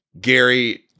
Gary